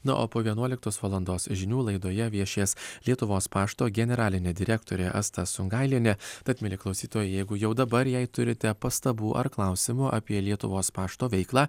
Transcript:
na o po vienuoliktos valandos žinių laidoje viešės lietuvos pašto generalinė direktorė asta sungailienė tad mieli klausytojai jeigu jau dabar jei turite pastabų ar klausimų apie lietuvos pašto veiklą